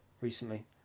recently